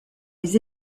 les